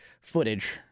footage